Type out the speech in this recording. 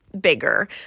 bigger